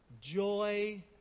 joy